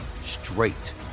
straight